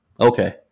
Okay